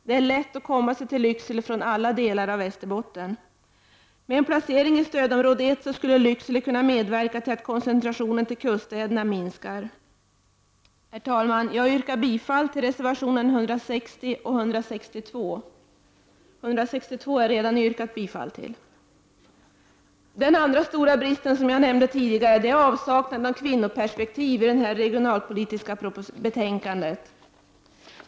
Det är lätt att komma till Lycksele från alla delar av Västerbotten. Med en placering i stödområde 1 skulle Lycksele kunna medverka till att koncentrationen till kuststäderna minskade. Herr talman! Jag yrkar som sagt bifall till reservationerna 160 och 162. Den andra stora bristen är, som jag tidigare nämnde, avsaknaden av kvinnoperspektiv i det regionalpolitiska tänkandet.